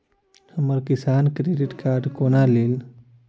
हम किसान credit card कोना ली?